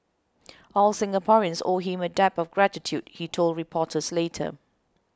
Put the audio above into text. all Singaporeans owe him a debt of gratitude he told reporters later